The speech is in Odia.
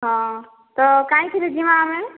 ହଁ ତ କାଇଁ ଥିରି ଜିମା ଆମେ